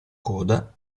coda